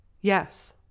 Yes